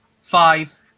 five